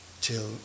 till